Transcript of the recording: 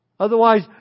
Otherwise